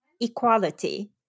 equality